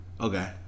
Okay